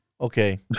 Okay